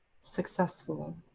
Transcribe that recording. Successful